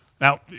Now